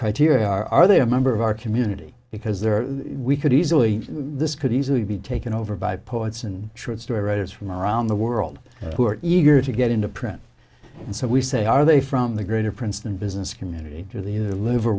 criteria are are there a member of our community because there are we could easily this could easily be taken over by poets and troops to writers from around the world who are eager to get into print and so we say are they from the greater princeton business community to the live